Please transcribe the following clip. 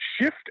shift